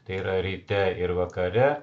tai yra ryte ir vakare